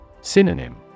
Synonym